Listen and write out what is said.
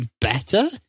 better